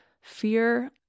fear